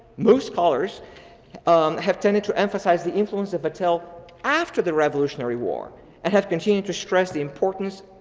most scholars um have tended to emphasize the influence of vattel after the revolutionary war and have continued to stress the importance,